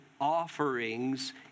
offerings